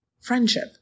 friendship